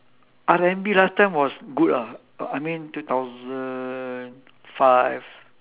R&B last time was good lah uh I mean two thousand five